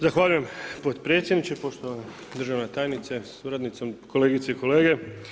Zahvaljujem potpredsjedniče, poštovana državna tajnice sa suradnicom, kolegice i kolege.